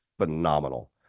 phenomenal